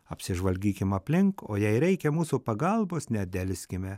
apsižvalgykim aplink o jei reikia mūsų pagalbos nedelskime